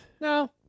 No